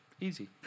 Easy